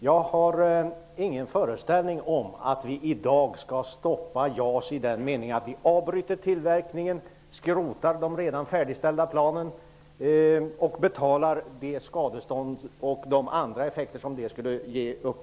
Jag har ingen föreställning om att vi i dag skall stoppa JAS i den meningen att vi avbryter tillverkningen, skrotar de redan färdigställda planen och betalar de skadestånd och tar de andra effekter som det skulle få.